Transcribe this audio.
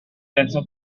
denso